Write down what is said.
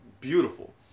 beautiful